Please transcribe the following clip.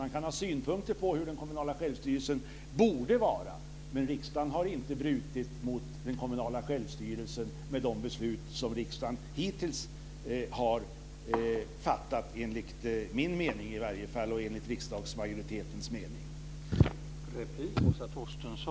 Man kan ha synpunkter på hur den kommunala självstyrelsen borde vara. Men riksdagen har inte brutit mot bestämmelserna om den kommunala självstyrelsen med de beslut som riksdagen hittills har fattat - i varje fall inte enligt min mening och enligt riksdagsmajoritetens mening.